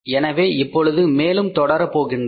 எனவே இப்பொழுது மேலும் தொடர போகின்றோம்